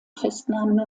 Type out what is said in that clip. festnahmen